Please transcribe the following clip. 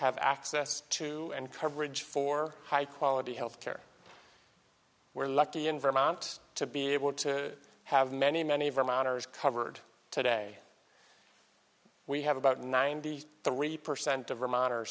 have access to and coverage for high quality health care we're lucky in vermont to be able to have many many vermonters covered today we have about ninety three percent of remo